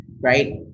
right